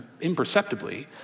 imperceptibly